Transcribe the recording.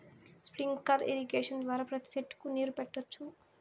sprinkler irrigation ద్వారా ప్రతి సెట్టుకు నీరు పెట్టొచ్చు